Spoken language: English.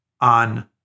on